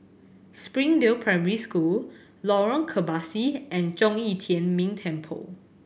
Springdale Primary School Lorong Kebasi and Zhong Yi Tian Ming Temple